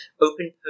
Open